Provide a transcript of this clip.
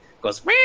Goes